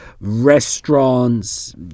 restaurants